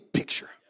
picture